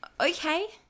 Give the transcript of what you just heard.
Okay